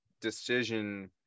decision